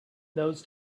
those